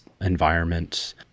environment